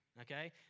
Okay